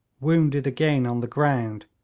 wounded again on the ground,